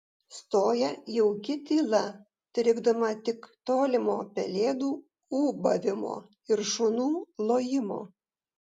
stoja jauki tyla trikdoma tik tolimo pelėdų ūbavimo ir šunų lojimo